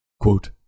Quote